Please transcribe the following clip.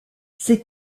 ces